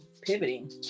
pivoting